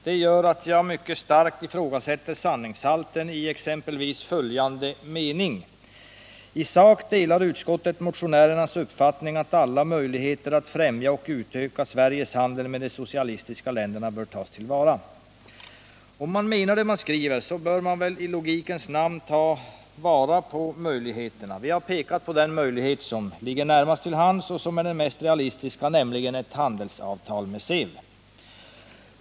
Detta gör att jag starkt ifrågasätter sanningshalten i exempelvis följande mening: ”I sak delar utskottet motionärernas uppfattning att alla möjligheter att främja och utöka Sveriges handel med de socialistiska länderna bör tas till vara.” Om man menar det man skriver så bör man väl i logikens namn ta vara på möjligheterna. Vi har pekat på den möjlighet som ligger närmast till hands och som är den mest realistiska, nämligen ett handelsavtal med SEV.